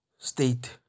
State